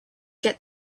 get